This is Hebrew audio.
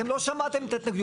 הם לא שמעתם את ההתנגדויות,